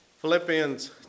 Philippians